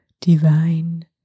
divine